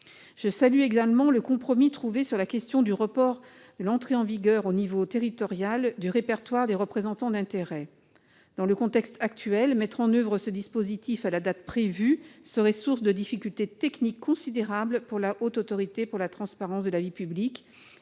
Je salue également le compromis trouvé sur la question du report de l'entrée en vigueur au niveau territorial du répertoire des représentants d'intérêts. Dans le contexte actuel, mettre en oeuvre ce dispositif à la date prévue serait source de difficultés techniques considérables pour la Haute Autorité pour la transparence de la vie publique,